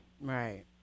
Right